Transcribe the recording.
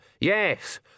Yes